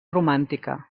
romàntica